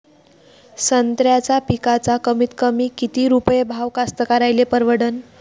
संत्र्याचा पिकाचा कमीतकमी किती रुपये भाव कास्तकाराइले परवडन?